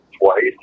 Twice